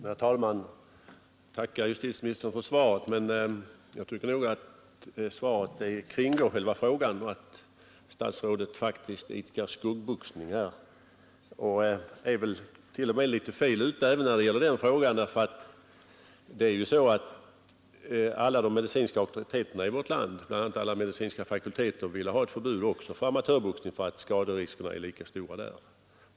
Herr talman! Jag tackar justitieministern för svaret. Men jag tycker att svaret kringgår själva frågan och att stadsrådet faktiskt idkar skuggboxning här. Och statsrådet tycks t.o.m. vara litet fel underrättad. Det är ju så att alla de medicinska auktoriteterna i vårt land — bla. alla medicinska fakulteter — vill ha ett förbud också för amatörboxning, därför att skaderiskerna där är lika stora.